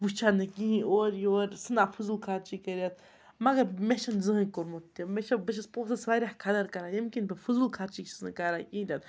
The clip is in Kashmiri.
وُچھَن نہٕ کِہیٖنۍ اورٕ یورٕ ژھٕنان فضوٗل خرچی کٔرِتھ مگر مےٚ چھِنہٕ زٕہنۍ کوٚرمُت تہِ مےٚ چھِ بہٕ چھَس پونٛسَس واریاہ قدٕر کَران ییٚمۍ کِن بہٕ فٕضوٗل خرچی چھِس نہٕ کَران کِہیٖنۍ تہِ نہٕ